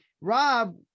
Rob